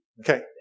Okay